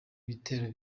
ibitero